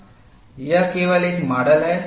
यह केवल एक माडल है